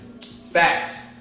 Facts